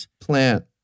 plant